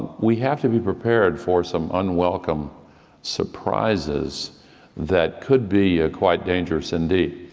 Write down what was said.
we have to be prepared for some unwelcome surprises that could be quite dangerous indeed.